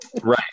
Right